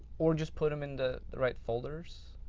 or just put them in the the right folders,